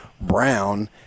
Brown